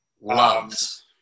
Loves